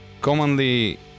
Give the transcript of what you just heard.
commonly